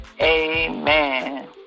Amen